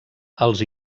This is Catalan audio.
els